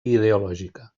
ideològica